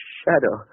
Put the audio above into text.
shadow